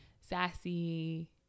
sassy